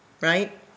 right